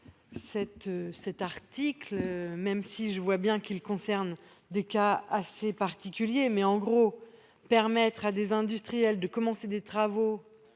cet article, même si je vois bien qu'il concerne des cas assez particuliers. Le fait de permettre, en gros, à des industriels de commencer des travaux